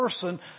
person